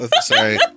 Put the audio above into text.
Sorry